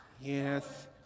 Yes